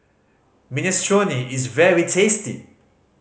minestrone is very tasty